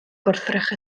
gwrthrych